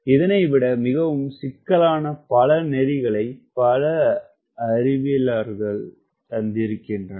இதனை விட மிகவும் சிக்கலான பல நெறிகளை பல அறிவியலாளர்கள் தந்திருக்கின்றனர்